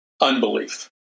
unbelief